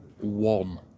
One